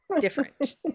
different